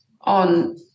on